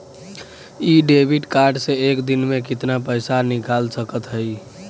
इ debit card से एक दिन मे कितना पैसा निकाल सकत हई?